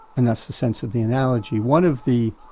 and that's the sense of the analogy. one of the